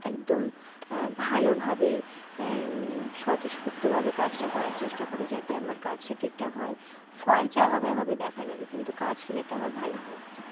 একদম ভালোভাবে স্বতঃস্ফূর্তভাবে কাজটা করার চেষ্টা করি যাতে আমার কাজটা ঠিকঠাক হয় ফল যা হবে হবে দেখা যাবে কিন্তু কাজটা যাতে আমার ভালো হয়